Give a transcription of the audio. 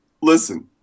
Listen